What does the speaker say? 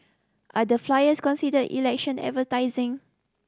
are the flyers considered election advertising